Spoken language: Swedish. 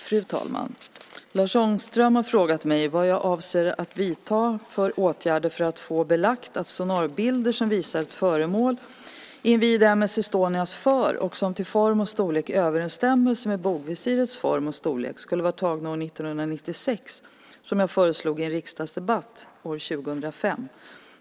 Fru talman! Lars Ångström har frågat mig vad jag avser att vidta för åtgärder för att få belagt att sonarbilder som visar ett föremål invid M/S Estonias för som till form och storlek överensstämmer med bogvisirets form och storlek skulle vara tagna år 1996, som jag föreslog i en riksdagsdebatt år 2005.